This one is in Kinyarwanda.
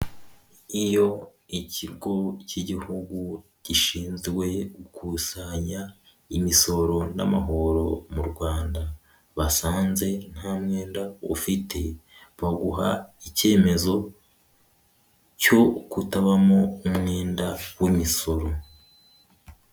Iyo ikigo cy'igihugu gishinzwe gukusanya imisoro n'amahoro mu Rwanda basanze nta mwenda ufite baguha icyemezo cyo kutabamo umwenda w'imisoro.